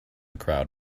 crowd